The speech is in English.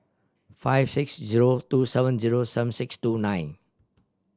five six zero two seven zero seven six two nine